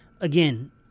Again